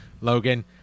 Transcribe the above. Logan